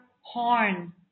horn